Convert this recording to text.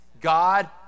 God